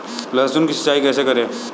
लहसुन की सिंचाई कैसे करें?